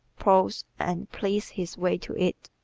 ploughs and pleads his way to it.